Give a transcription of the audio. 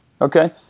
okay